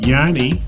Yanni